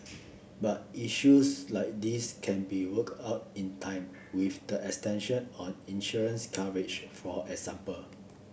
but issues like these can be worked out in time with the extension of insurance coverage for example